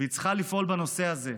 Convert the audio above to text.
והיא צריכה לפעול בנושא הזה.